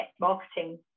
marketing